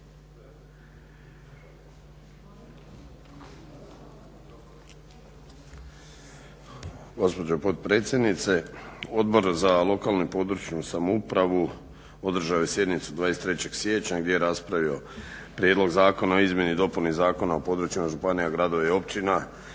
Gospođo potpredsjednice. Odbor za lokalnu, područnu samoupravu održao je sjednicu 23.siječnja gdje je raspravio Prijedlog zakona o izmjeni i dopuni Zakona o područjima županija, gradova i općina